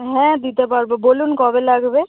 হ্যাঁ দিতে পারবো বলুন কবে লাগবে